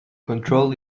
control